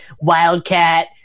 wildcat